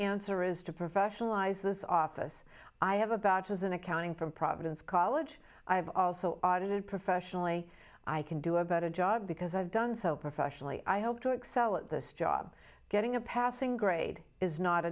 answer is to professionalize this office i have about as an accounting from providence college i've also audited professionally i can do a better job because i've done so professionally i hope to excel at this job getting a passing grade is not